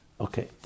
Okay